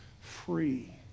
free